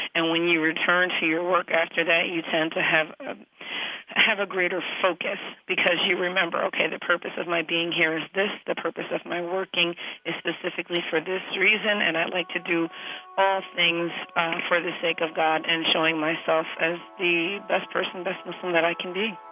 and, when you return to your work after that, you tend to have ah have a greater focus because you remember, ok, the purpose of my being here is this, the purpose of my working is specifically for this reason and i like to do all things for the sake of god and showing myself as the best person best person that i can be